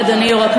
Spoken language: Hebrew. אדוני היושב-ראש,